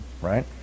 right